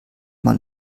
man